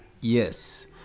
yes